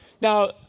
Now